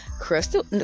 Crystal